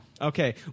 okay